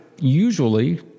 usually